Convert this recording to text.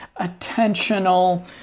attentional